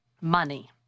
Money